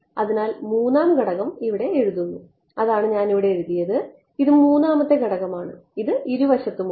അതിനാൽ 3 ആം ഘടകം ഇവിടെ എഴുതുന്നു അതാണ് ഞാൻ ഇവിടെ എഴുതിയത് ഇത് മൂന്നാമത്തെ ഘടകമാണ് ഇത് ഇരുവശത്തുമുണ്ട്